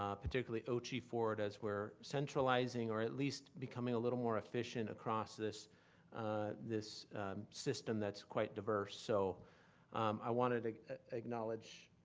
um particularly oche forward as we're centralizing or at least becoming a little more efficient across this this system that's quite diverse. so i wanted to acknowledge